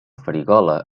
farigola